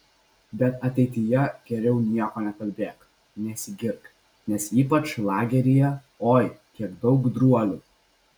bet ateityje geriau nieko nekalbėk nesigirk nes ypač lageryje oi kiek daug gudruolių